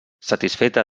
satisfeta